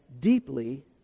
deeply